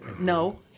no